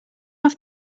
off